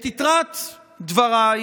את יתרת דבריי